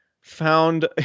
found